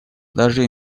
даже